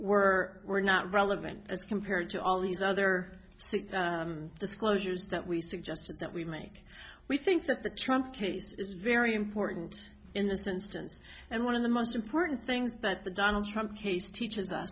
were were not relevant as compared to all these other disclosures that we suggested that we make we think that the trump case is very important in this instance and one of the most important things that the donald trump case teaches